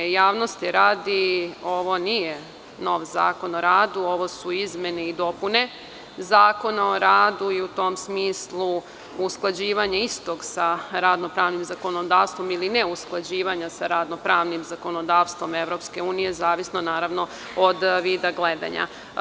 Javnosti radi, ovo nije nov Zakon o radu, ovo su izmene i dopune Zakona o radu i u tom smislu usklađivanje istog sa radno-pravnim zakonodavstvom ili ne usklađivanja sa radno-pravnim zakonodavstvom EU zavisi od vida gledanja.